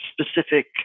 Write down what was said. specific